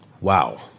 Wow